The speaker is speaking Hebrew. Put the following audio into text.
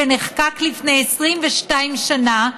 שנחקק לפני 22 שנה,